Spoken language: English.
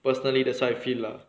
personally that's how I feel lah lah